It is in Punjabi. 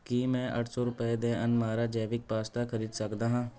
ਕੀ ਮੈਂ ਅੱਠ ਸੌ ਰੁਪਏ ਦੇ ਅਨਮਾਰਾ ਜੈਵਿਕ ਪਾਸਤਾ ਖਰੀਦ ਸਕਦਾ ਹਾਂ